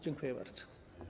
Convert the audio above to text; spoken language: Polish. Dziękuję bardzo.